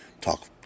talk